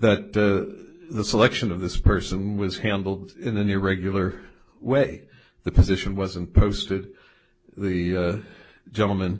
that the selection of this person was handled in an irregular way the position wasn't posted the gentleman